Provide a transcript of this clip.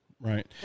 Right